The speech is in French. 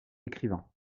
écrivain